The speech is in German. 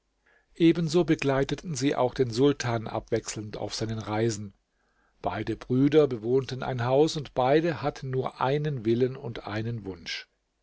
so begleiteten sie auch den sultan abwechselnd auf seinen reisen beide brüder bewohnten ein haus und beide hatten nur einen willen und einen wunsch